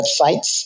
websites